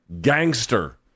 gangster